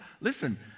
listen